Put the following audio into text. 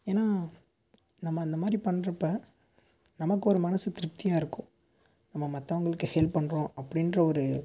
ஏன்னா நம்ம அந்த மாதிரி பண்ணுறப்ப நமக்கு ஒரு மனசு திருப்தியாக இருக்கும் நம்ம மற்றவங்களுக்கு ஹெல்ப் பண்ணுறோம் அப்டின்ற ஒரு